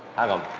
i don't